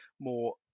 more